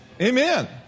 Amen